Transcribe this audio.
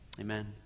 amen